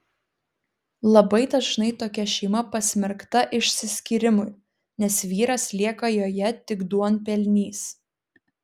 labai dažnai tokia šeima pasmerkta išsiskyrimui nes vyras lieka joje tik duonpelnys